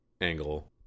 angle